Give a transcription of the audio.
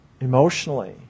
emotionally